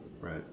Right